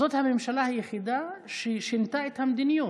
זאת הממשלה היחידה ששינתה את המדיניות.